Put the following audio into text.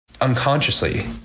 unconsciously